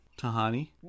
Tahani